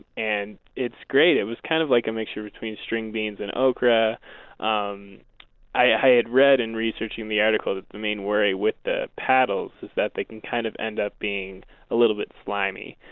and it's great it was kind of like a mixture between string beans and okra um i had read in researching the article that the main worry with the paddles is that they can kind of end up being a little bit slimy.